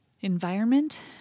environment